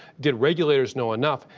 did regulators know enough?